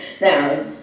Now